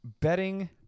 betting